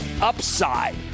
upside